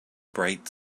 bright